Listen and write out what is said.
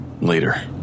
Later